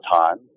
time